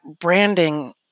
branding